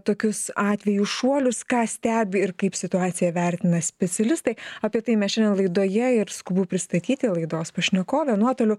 tokius atveju šuolius ką stebi ir kaip situaciją vertina specialistai apie tai mes šiandien laidoje ir skubu pristatyti laidos pašnekovė nuotoliu